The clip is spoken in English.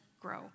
grow